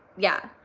yeah.